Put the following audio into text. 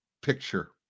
picture